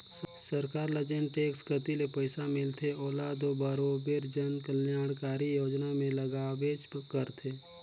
सरकार ल जेन टेक्स कती ले पइसा मिलथे ओला दो बरोबेर जन कलयानकारी योजना में लगाबेच करथे